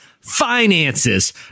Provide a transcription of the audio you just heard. finances